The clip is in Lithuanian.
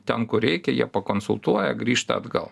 ten kur reikia jie pakonsultuoja grįžta atgal